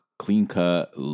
clean-cut